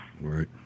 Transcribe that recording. Right